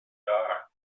dar